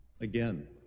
Again